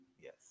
Yes